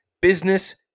Business